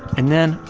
and then,